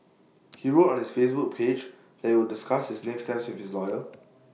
he wrote on his Facebook page that he will discuss his next steps with his lawyer